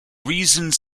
reasons